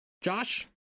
Josh